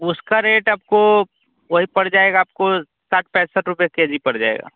उसका रेट आपको वही पड़ जाएगा आपको साठ पैंसठ रुपये के जी पड़ जाएगा